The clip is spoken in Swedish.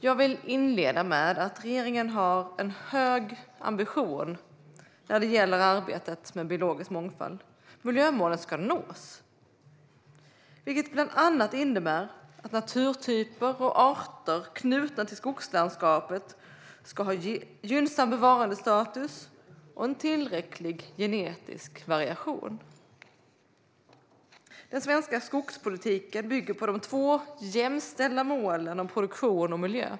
Jag vill inleda med att säga att regeringen har en hög ambition när det gäller arbetet med biologisk mångfald. Miljömålen ska nås, vilket bland annat innebär att naturtyper och arter knutna till skogslandskapet ska ha gynnsam bevarandestatus och en tillräcklig genetisk variation. Den svenska skogspolitiken bygger på de två jämställda målen om produktion och miljö.